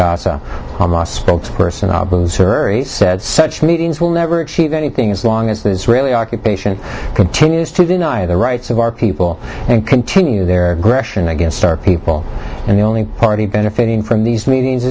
gaza hamas spokesperson surrey's said such meetings will never anything as long as the israeli occupation continues to deny the rights of our people and continue their aggression against our people and the only party benefiting from these meetings